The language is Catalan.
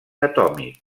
atòmic